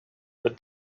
what